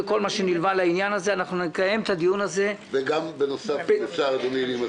אנחנו נלחמים כל שנה על החיים של הילדים שלנו,